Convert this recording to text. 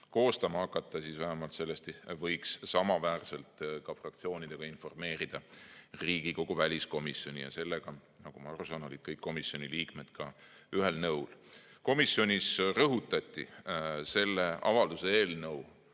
koostama hakata, siis vähemalt sellest võiks samaväärselt fraktsioonidega informeerida ka Riigikogu väliskomisjoni. Selles olid, nagu ma aru sain, kõik komisjoni liikmed ühel nõul. Komisjonis rõhutati selle avalduse eelnõu